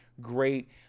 great